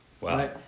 wow